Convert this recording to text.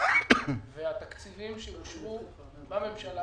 בנוגע לתקציבים שאושרו בממשלה